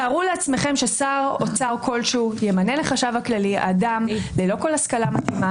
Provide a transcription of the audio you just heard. תארו לעצמכם ששר אוצר כלשהו ימנה לחשב הכללי אדם ללא כל השכלה מתאימה